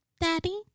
daddy